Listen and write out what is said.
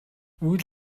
үйл